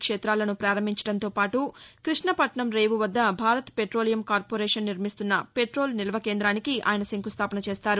క్షేతాలను పారంభించడంతోపాటు కృష్ణపట్నం రేపు వద్ద భారత్ పెట్రోలియం కార్పొరేషన్ నిర్మిస్తున్న పెట్రోల్ నిల్వ కేందానికి ఆయన శంఖుస్దాపన చేస్తారు